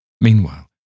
Meanwhile